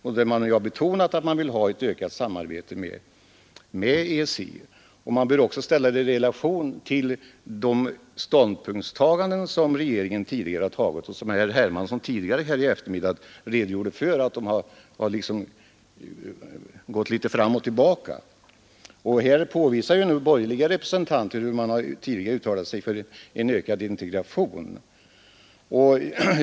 Regeringen har ju betonat att den vill ha ett ökat samarbete med EEC. Man bör också ställa utvecklingsklausulen i relation till de ståndpunktstaganden som regeringen tidigare gjort — herr Hermansson redogjorde för dem i eftermiddags — och som har gått liksom fram och tillbaka. Här påvisar nu borgerliga representanter hur regeringen tidigare har uttalat sig för en ökad integration.